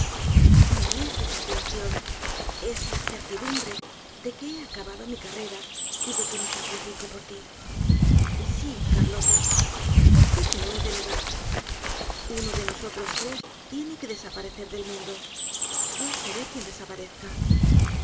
no es desesperación es la certidumbre de que he acabado mi carrera y de que me sacrifico porti sí carlota por qué te lo he de negar uno de nosotros tres tiene que desaparecer del mundo yo seré quien desaparezca